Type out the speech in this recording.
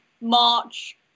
March